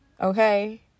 Okay